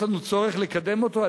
יש לנו צורך לקדם את שינויו,